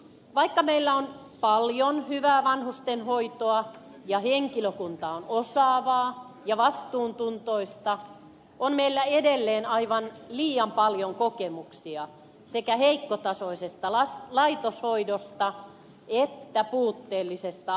vaikka meillä on paljon hyvää vanhustenhoitoa ja henkilökunta on osaavaa ja vastuuntuntoista on meillä edelleen aivan liian paljon kokemuksia sekä heikkotasoisesta laitoshoidosta että puutteellisesta avohoidosta